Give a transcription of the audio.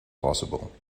possible